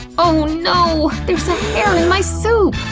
oh no! there's a hair in my soup!